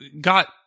got